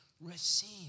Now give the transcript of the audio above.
Receive